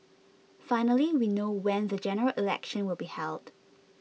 finally we know when the General Election will be held